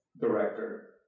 director